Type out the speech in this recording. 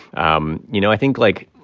um you know, i think, like,